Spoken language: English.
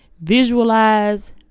Visualize